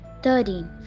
thirteen